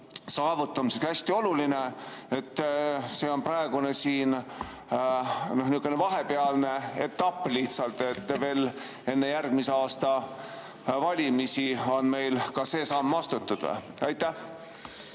saavutamiseks hästi oluline. See on praegu niisugune vahepealne etapp lihtsalt, et veel enne järgmise aasta valimisi on meil ka see samm astutud. Aitäh!